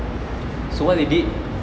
so what they did